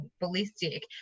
ballistic